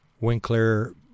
Winkler